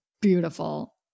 beautiful